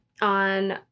on